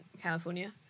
california